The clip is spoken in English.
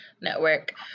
network